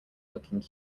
looking